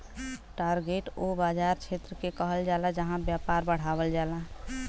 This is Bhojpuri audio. टारगेट उ बाज़ार क्षेत्र के कहल जाला जहां व्यापार बढ़ावल जाला